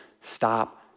stop